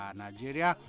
nigeria